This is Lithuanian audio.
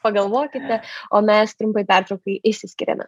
pagalvokite o mes trumpai pertraukai išsiskiriame